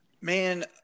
Man